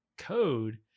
code